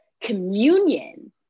communion